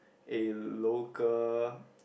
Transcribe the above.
a local